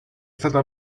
stato